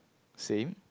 same